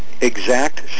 exact